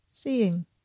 Seeing